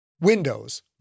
Windows